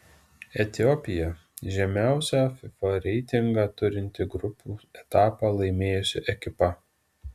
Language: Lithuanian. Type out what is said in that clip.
etiopija žemiausią fifa reitingą turinti grupių etapą laimėjusi ekipa